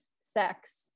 sex